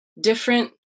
different